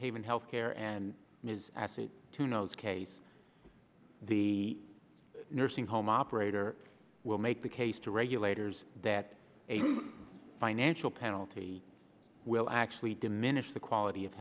haven health care and ms access to nose case the nursing home operator will make the case to regulators that a financial penalty will actually diminish the quality of